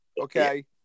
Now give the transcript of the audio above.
okay